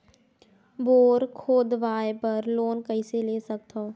Bore खोदवाय बर loan कइसे ले सकथव?